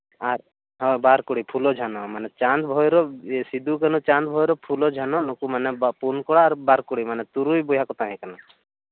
ᱟᱨ ᱵᱟᱨ ᱠᱩᱲᱤ ᱯᱷᱩᱞᱳ ᱡᱷᱟᱱᱚ ᱪᱟᱸᱫᱽ ᱵᱷᱳᱭᱨᱳᱵᱽ ᱥᱤᱫᱩ ᱠᱟᱹᱱᱦᱩ ᱪᱟᱸᱫᱽ ᱵᱷᱳᱭᱨᱳᱵᱽ ᱯᱷᱩᱞᱳ ᱡᱷᱟᱱᱚ ᱱᱩᱠᱩ ᱢᱟᱱᱮ ᱯᱩᱱ ᱠᱚᱲᱟ ᱵᱟᱨ ᱠᱩᱲᱤ ᱢᱟᱱᱮ ᱛᱩᱨᱩᱭ ᱵᱚᱭᱦᱟ ᱠᱚ ᱛᱟᱦᱮᱸ ᱠᱟᱱᱟ